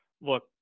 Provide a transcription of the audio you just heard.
look